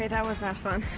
that was not fun.